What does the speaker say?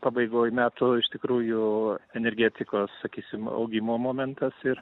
pabaigoj metu iš tikrųjų energetikos sakysim augimo momentas ir